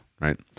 Right